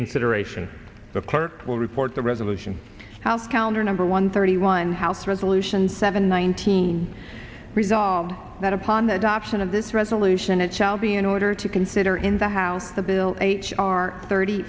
consideration the clerk will report the resolution house counter number one thirty one house resolution seven nineteen resolved that upon the adoption of this resolution it shall be in order to consider in the house the bill h r thirty